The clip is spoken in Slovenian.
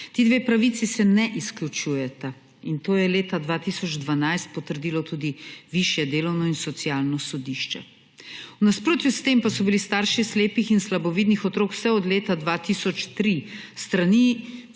Ti dve pravici se ne izključujeta in to je leta 2012 potrdilo tudi Višje delovno in socialno sodišče. V nasprotju s tem pa so bili starši slepih in slabovidnih otrok vse od leta 2003 s strani